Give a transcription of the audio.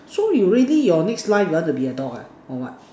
so you ready your next life you want to be dog ah or what